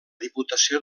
diputació